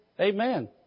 Amen